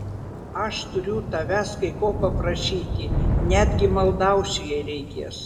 aš turiu tavęs kai ko paprašyti netgi maldausiu jei reikės